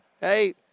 Hey